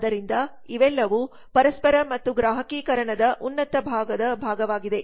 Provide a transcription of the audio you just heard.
ಆದ್ದರಿಂದ ಇವೆಲ್ಲವೂ ಪರಸ್ಪರ ಮತ್ತು ಗ್ರಾಹಕೀಕರಣದ ಉನ್ನತ ಭಾಗದ ಭಾಗವಾಗಿದೆ